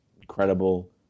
Incredible